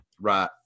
Right